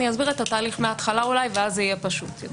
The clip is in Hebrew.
אסביר את התהליך מההתחלה ואז זה יהיה פשוט יותר.